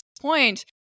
point